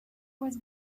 was